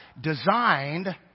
designed